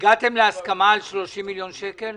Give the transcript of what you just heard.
הגעתם להסכמה על 30 מיליון שקל?